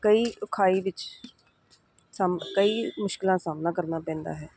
ਕਈ ਇਕਾਈ ਵਿੱਚ ਸਾਮ ਕਈ ਮੁਸ਼ਕਿਲਾਂ ਸਾਹਮਣਾ ਕਰਨਾ ਪੈਂਦਾ ਹੈ